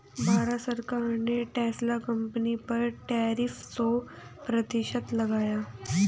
भारत सरकार ने Tesla company पर टैरिफ सो प्रतिशत लगाया